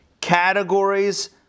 categories